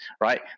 right